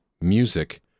music